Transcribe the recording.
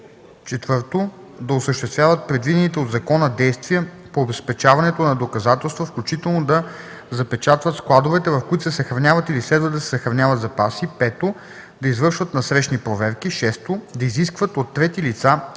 4. да осъществяват предвидените от закона действия по обезпечаването на доказателства, включително да запечатват складовете, в които се съхраняват или следва да се съхраняват запаси; 5. да извършват насрещни проверки; 6. да изискват от трети лица сведения